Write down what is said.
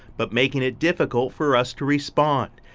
but making it difficult for us to respond.